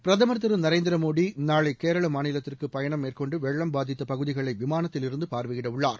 பிரதமர் திரு நரேந்திர மோடி நாளை கேரள மாநிலத்திற்கு பயணம் மேற்கொண்டு வெள்ளம் பாதித்தப் பகுதிகளை விமானத்திலிருந்து பார்வையிடவுள்ளார்